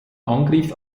angriff